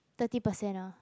thirty percent ah